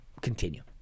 continue